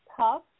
tough